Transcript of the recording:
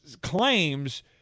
claims